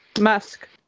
musk